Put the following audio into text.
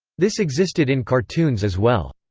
this existed in cartoons as well.